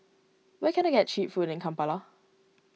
where can I get Cheap Food in Kampala